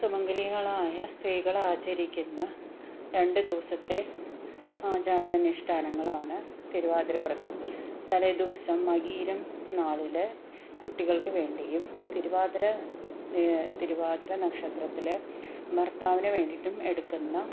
സുമംഗലികളായ സ്ത്രീകളാചരിക്കുന്ന രണ്ടുദിവസത്തെ ആചാരാനുഷ്ടാനങ്ങളാണ് തിരുവാതിര വ്രതം തലേദിവസം മകയിരം നാളില് കുട്ടികള്ക്ക് വേണ്ടിയും തിരുവാതിര തിരുവാതിര നക്ഷത്രത്തില് ഭര്ത്താവിന് വേണ്ടിയിട്ടും എടുക്കുന്ന